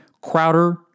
Crowder